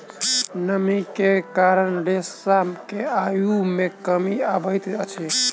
नमी के कारण रेशा के आयु मे कमी अबैत अछि